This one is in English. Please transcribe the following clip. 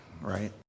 right